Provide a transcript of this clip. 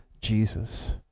Jesus